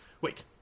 Wait